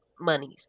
monies